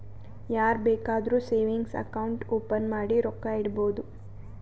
ಯಾರ್ ಬೇಕಾದ್ರೂ savings account open ಮಾಡಿ ರೊಕ್ಕಾ ಇಡ್ಬೋದು